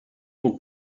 donc